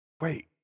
Wait